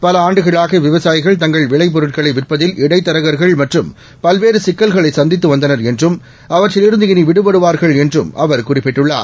பலஆண்டுகளாக விவசாயிகள்தங்கள்விளைபொருட்களைவிற்பதில்இடைத்தர கர்கள்மற்றும்பல்வேறுசிக்கல்களைசந்தித்துவந்தனர்என்றும் அவற்றில்இருந்துஇனிவிடுபடுவார்கள்என்றும்அவர்குறிப்பிட் டுள்ளார்